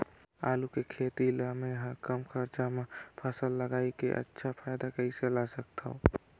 आलू के खेती ला मै ह कम खरचा मा फसल ला लगई के अच्छा फायदा कइसे ला सकथव?